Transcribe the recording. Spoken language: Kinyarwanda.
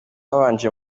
babanje